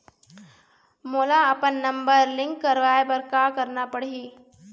मोला अपन number link करवाये बर का करना पड़ही?